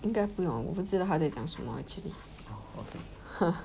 应该不用我不知道他在讲什么 actually ha